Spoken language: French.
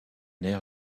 air